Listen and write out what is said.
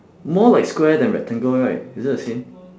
more like square than rectangle right is it the same